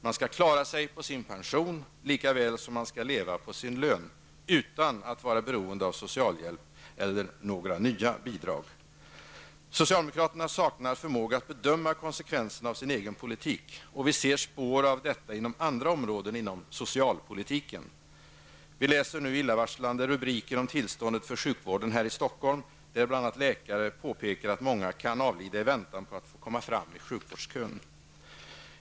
Man skall klara sig på sin pension, likaväl som man skall kunna leva på sin lön -- utan att vara beroende av socialhjälp eller några nya bidrag. Socialdemokraterna saknar förmåga att bedöma konsekvenserna av sin egen politik. Vi ser spår av detta inom andra områden inom socialpolitiken. Vi läser nu illavarslande rubriker om tillståndet för sjukvården här i Stockholm, där bl.a. läkare påpekar att många kan avlida i väntan på att komma fram i sjukvårdskön.